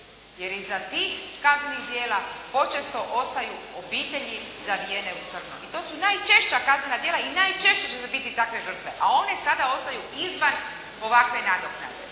Jer iza tih kaznenih djela počesto ostaju obitelji zavijene u crno. I to su najčešća kaznena djela i najčešće će se biti takve žrtve, a one sada ostaju izvan ovakve nadoknade.